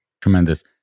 Tremendous